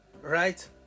Right